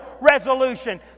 resolution